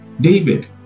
David